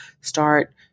start